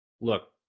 Look